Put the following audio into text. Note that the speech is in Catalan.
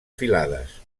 filades